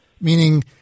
Meaning